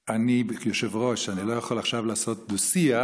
אני כיושב-ראש לא יכול לעשות עכשיו דו-שיח.